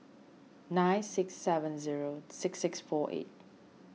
nine six seven zero six six four eight